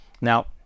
Now